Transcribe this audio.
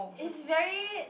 it's very